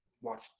watch